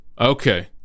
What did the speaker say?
Okay